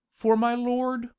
for my lord,